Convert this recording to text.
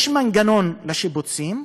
יש מנגנון לשיבוצים,